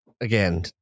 again